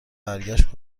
برگشت